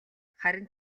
харин